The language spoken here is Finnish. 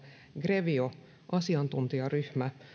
grevio asiantuntijaryhmä